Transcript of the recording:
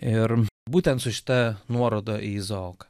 ir būtent su šita nuoroda į izaoką